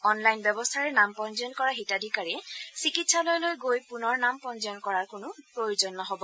online ব্যৱস্থাৰে নাম পঞ্জীয়ন কৰা হিতাধিকাৰীয়ে চিকিৎসালয়লৈ গৈ পূনৰ নাম পঞ্জীয়ন কৰাৰ কোনো প্ৰয়োজন নহ'ব